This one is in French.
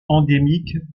endémique